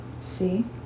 See